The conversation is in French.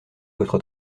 votre